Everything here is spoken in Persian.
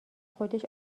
خودش